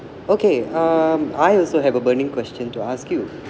okay um I also have a burning question to ask you